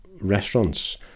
restaurants